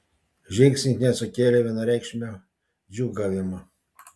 žingsnis nesukėlė vienareikšmio džiūgavimo